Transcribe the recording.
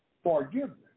Forgiveness